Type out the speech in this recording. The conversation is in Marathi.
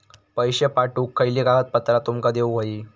पैशे पाठवुक खयली कागदपत्रा तुमका देऊक व्हयी?